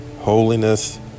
holiness